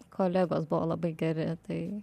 kolegos buvo labai geri tai